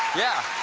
yeah.